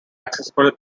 accessible